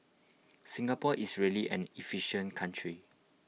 Singapore is really an efficient country